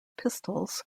pistols